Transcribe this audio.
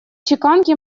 чеканки